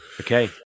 Okay